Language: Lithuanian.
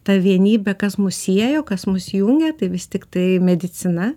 ta vienybė kas mus siejo kas mus jungė tai vis tiktai medicina